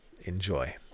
Enjoy